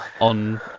on